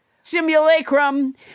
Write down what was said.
simulacrum